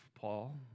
Paul